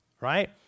right